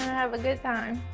have a good time.